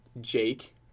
Jake